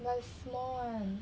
but it's small one